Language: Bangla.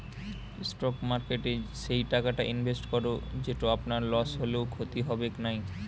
স্টক মার্কেটে সেই টাকাটা ইনভেস্ট করো যেটো আপনার লস হলেও ক্ষতি হবেক নাই